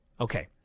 Okay